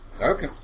Okay